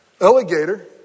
alligator